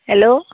hello